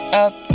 out